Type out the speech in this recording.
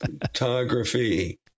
Photography